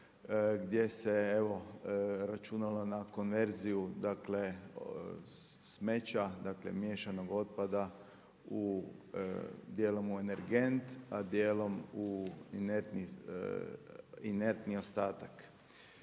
gdje se evo računalo na konverziju dakle smeća, dakle miješanog otpada u djelom u energent, a djelom u inertni ostatak.